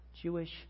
Jewish